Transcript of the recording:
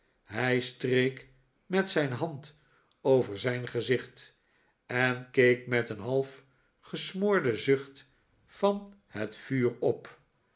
hij streek met zijn hand over zijn gezicht en keek met een half gesmoorden zucht van het vuur op